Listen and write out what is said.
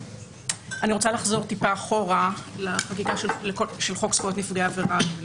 אני רוצה לחזור טיפה אחורה לחקיקה של חוק זכויות נפגעי עבירה.